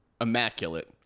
immaculate